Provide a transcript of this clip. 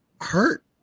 hurt